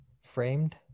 framed